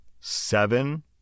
seven